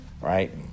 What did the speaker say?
right